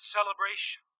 Celebration